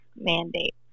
mandate